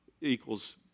equals